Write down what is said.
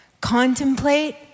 Contemplate